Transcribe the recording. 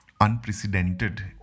unprecedented